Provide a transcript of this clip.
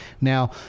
Now